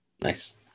Nice